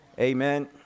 Amen